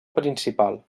principal